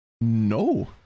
No